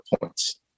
points